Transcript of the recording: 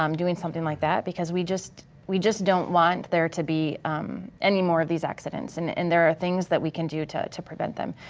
um doing something like that because we just we just don't want there to be any more of these accidents and and there are things that we can do to to prevent them.